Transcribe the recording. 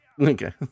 Okay